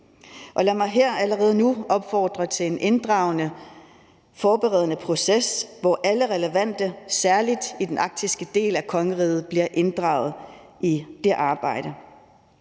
lad mig allerede nu opfordre til en inddragende, forberedende proces, hvor alle relevante, særlig i den arktiske del af kongeriget, bliver inddraget i det arbejde.